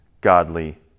godly